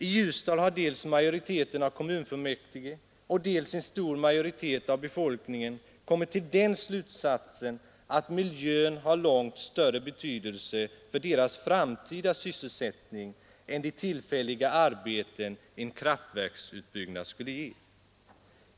I Ljusdal har dels majoriteten av kommunfullmäktige, dels en stor majoritet av befolkningen kommit till den slutsatsen att miljön har långt större betydelse för deras framtida sysselsättning än de tillfälliga arbeten en kraftverksutbyggnad skulle ge.